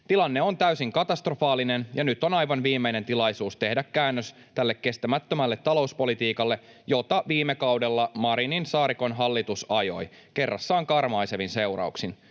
Tilanne on täysin katastrofaalinen, ja nyt on aivan viimeinen tilaisuus tehdä käännös tälle kestämättömälle talouspolitiikalle, jota viime kaudella Marinin—Saarikon hallitus ajoi kerrassaan karmaisevin seurauksin.